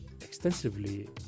extensively